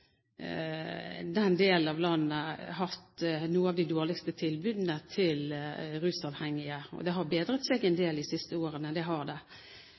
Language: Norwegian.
den delen av landet hatt noen av de dårligste tilbudene til rusavhengige. Det har bedret seg en del de siste årene, det har det,